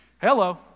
Hello